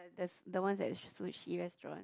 like there's the ones at sushi restaurant